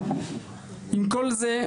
עם כל זה,